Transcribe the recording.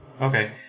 okay